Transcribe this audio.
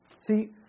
See